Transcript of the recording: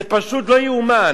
זה פשוט לא יאומן.